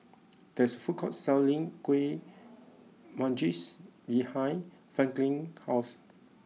there is a food court selling Kuih Manggis behind Franklin house